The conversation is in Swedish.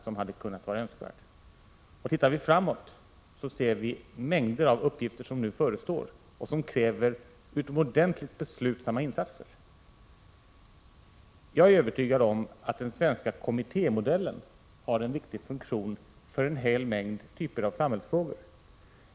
Blickar vi framåt i tiden ser vi mängder av uppgifter som förestår och som kräver utomordentligt beslutsamma insatser. Jag är övertygad om att den svenska kommittémodellen har en viktig funktion att fylla för en hel del typer av samhällsfrågor.